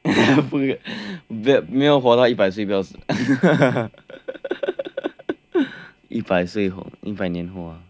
没有活到一百岁不要死 一百岁一百年后啊